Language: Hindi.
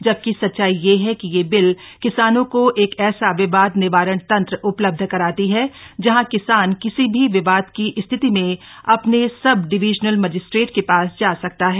जबकि सच्चाई यह है कि यह बिल किसानों को एक ऐसा विवाद निवारण तंत्र उपलब्ध कराती है जहां किसान किसी भी विवाद की स्थिति में अपने सब डिविजनल मजिस्ट्रेट के पास जा सकता है